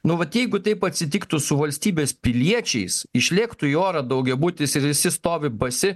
nu vat jeigu taip atsitiktų su valstybės piliečiais išlėktų į orą daugiabutis ir visi stovi basi